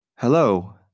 Hello